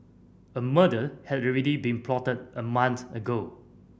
a murder had already been plotted a month ago